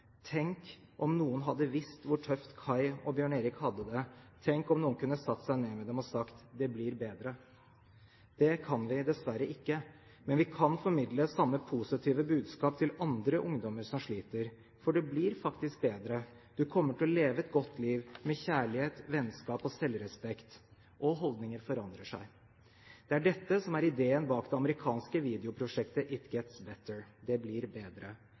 Tenk om noen hadde visst hvor tøft Kai og Bjørn Erik hadde det, tenk om noen kunne satt seg ned med dem og sagt: Det blir bedre. Det kan vi dessverre ikke, men vi kan formidle samme positive budskap til andre ungdommer som sliter. For det blir faktisk bedre. Du kommer til å leve et godt liv – med kjærlighet, vennskap og selvrespekt. Og holdninger forandrer seg. Det er dette som er ideen bak det amerikanske videoprosjektet «It Gets Better» – det blir bedre.